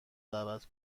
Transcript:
دعوت